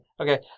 Okay